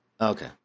okay